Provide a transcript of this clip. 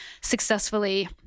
successfully